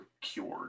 cured